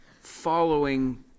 following